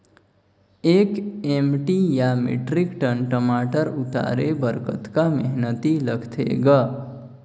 एक एम.टी या metric ton टमाटर उतारे बर कतका मेहनती लगथे ग?